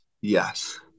yes